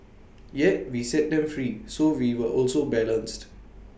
yet we set them free so we were also balanced